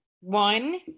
One